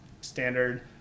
Standard